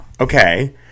Okay